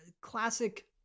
classic